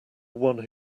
one